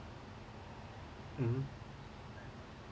mmhmm